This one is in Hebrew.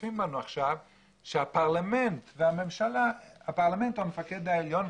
שצופים בנו עכשיו שהפרלמנט הוא המפקד העליון,